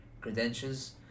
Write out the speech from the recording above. credentials